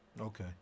Okay